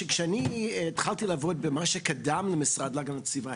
שכשאני התחלתי לעבוד במה שקדם למשרד להגנת הסביבה,